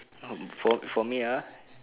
oh for for me uh